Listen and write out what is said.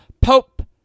Pope